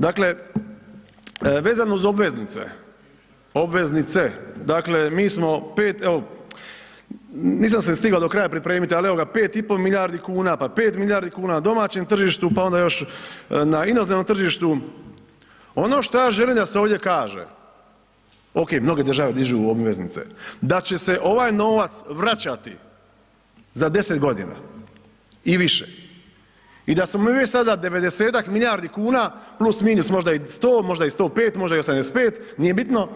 Dakle, vezano uz obveznice, obveznice, dakle mi smo 5, evo nisam se stigo do kraja pripremit, al evo ga 5,5 milijardi kuna, pa 5 milijardi kuna na domaćem tržištu, pa onda još na inozemnom tržištu, ono što ja želim da se ovdje kaže, okej mnoge države dižu obveznice, da će se ovaj novac vraćati za 10.g. i više i da smo mi već sada 90.-tak milijardi kuna +- možda i 100, možda i 105, možda i 85, nije bitno,